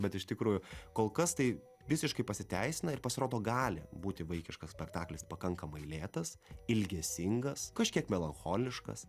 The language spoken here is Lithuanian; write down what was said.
bet iš tikrųjų kol kas tai visiškai pasiteisina ir pasirodo gali būti vaikiškas spektaklis pakankamai lėtas ilgesingas kažkiek melancholiškas